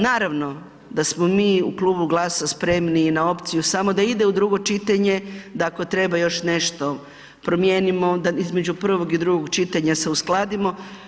Naravno da smo mi u Klubu GLAS-a spremni i na opciju samo da ide u drugo čitanje, da ako treba još nešto promijenimo, da između prvog i drugog čitanja se uskladimo.